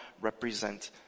represent